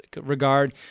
regard